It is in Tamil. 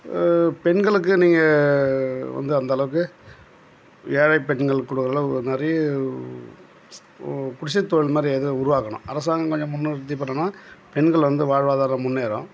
பெண்களுக்கு நீங்கள் வந்து அந்தளவுக்கு ஏழைப் பெண்கள் கொடுக்கறளவு நிறைய குடிசைத்தொழில் மாதிரி ஏதாவது உருவாக்கணும் அரசாங்கம் கொஞ்சம் முன்னிறுத்திப் பண்ணினா பெண்கள் வந்து வாழ்வாதாரம் முன்னேறும்